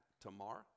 tomorrow